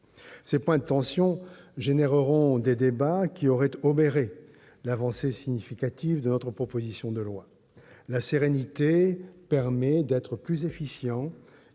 Ces points de tension susciteront des débats qui auraient obéré l'avancée significative que permet notre proposition de loi. Or la sérénité permet d'être plus efficient.